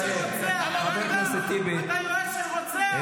חבר הכנסת טיבי, משפט לסיום.